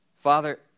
Father